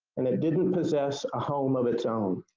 and it it didn't possess a home of its own.